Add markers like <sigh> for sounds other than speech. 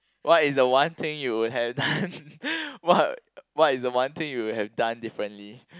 what is the one thing you would have done <laughs> what what is the one thing you would have done differently